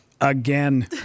Again